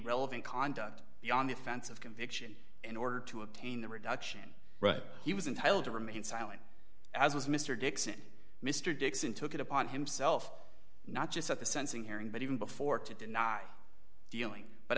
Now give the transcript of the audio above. relevant conduct the on the offense of conviction in order to obtain the reduction but he was entitled to remain silent as was mr dixon mr dixon took it upon himself not just at the sensing hearing but even before to deny dealing but